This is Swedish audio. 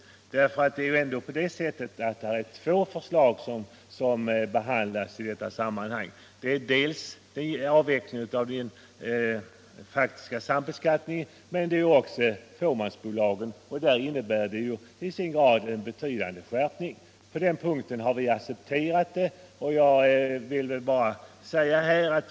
5 mars 1976 Det är två förslag som behandlas i detta sammanhang: dels om avveckling I av den faktiska sambeskattningen, dels om ändrade regler för beskattning Avveckling av s.k. av fåmansbolagen. Förslaget på den senare punkten innebär en betydande faktisk sambeskattskärpning av bestämmelserna. Vi har accepterat det.